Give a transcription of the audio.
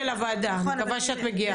אני מקווה שאת מגיעה.